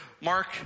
Mark